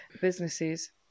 businesses